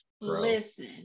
Listen